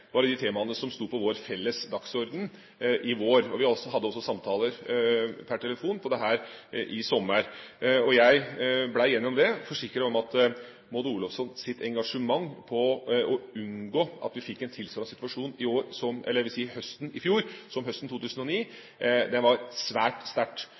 var ett av de temaene som sto på vår felles dagsorden i vår. Vi hadde også samtaler per telefon om dette i sommer. Jeg ble gjennom det forsikret om at Maud Olofssons engasjement for å unngå at vi fikk en tilsvarende situasjon høsten i fjor som høsten 2009, var svært sterkt. Heldigvis er de svenske kjernekraftverkene nå oppe i en produksjon som